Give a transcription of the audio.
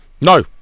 no